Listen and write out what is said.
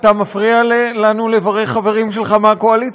אתה מפריע לנו לברך חברים שלך מהקואליציה.